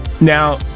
Now